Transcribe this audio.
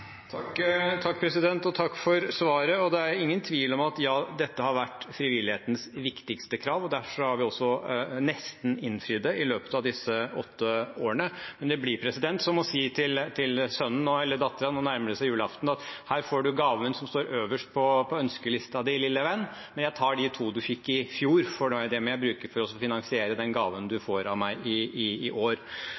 Takk for svaret. Det er ingen tvil om at dette har vært frivillighetens viktigste krav, derfor har vi også nesten innfridd det i løpet av disse åtte årene. Men det blir som å si til sønnen eller datteren: Nå nærmer det seg julaften. Her får du gaven som står øverst på ønskelisten din, lille venn, men jeg tar de to du fikk i fjor, for dem må jeg bruke for å finansiere den gaven du